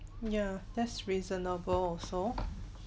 yeah that's reasonable also